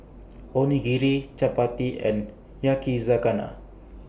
Onigiri Chapati and Yakizakana